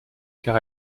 car